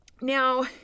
Now